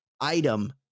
item